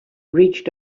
reached